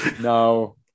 no